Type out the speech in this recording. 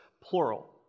Plural